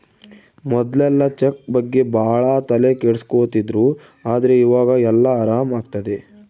ಮೊದ್ಲೆಲ್ಲ ಚೆಕ್ ಬಗ್ಗೆ ಭಾಳ ತಲೆ ಕೆಡ್ಸ್ಕೊತಿದ್ರು ಆದ್ರೆ ಈವಾಗ ಎಲ್ಲ ಆರಾಮ್ ಆಗ್ತದೆ